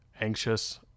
anxious